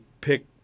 pick